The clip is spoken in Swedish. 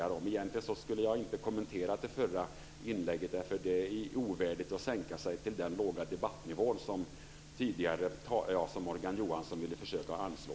Jag skulle egentligen inte kommentera det inlägget, för det är ovärdigt att sänka sig till den låga debattnivå som Morgan Johansson försökte anslå.